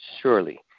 surely